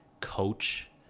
coach